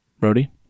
Brody